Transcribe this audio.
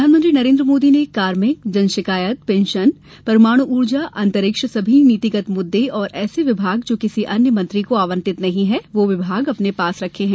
प्रधानमंत्री नरेन्द्र मोदी ने कार्मिक जन शिकायत पेंशन परमाणु ऊर्जा अंतरिक्ष सभी नीतिगत मुद्दें और ऐसे विभाग जो किसी अन्य मंत्री को आवंटित नहीं है वो विभाग अपने पास रखे हैं